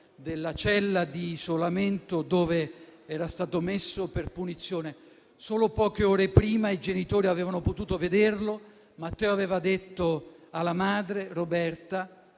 della cella di isolamento dove era stato messo per punizione. Solo poche ore prima i genitori avevano potuto vederlo e Matteo aveva detto alla madre Roberta: